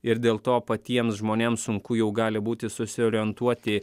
ir dėl to patiems žmonėms sunku jau gali būti susiorientuoti